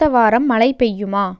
அடுத்த வாரம் மழை பெய்யுமா